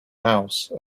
house